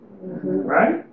right